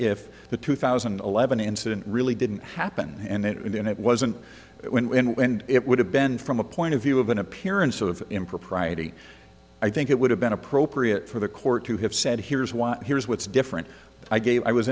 if the two thousand and eleven incident really didn't happen and that in the end it wasn't and it would have been from a point of view of an appearance of impropriety i think it would have been appropriate for the court to have said here's why here's what's different i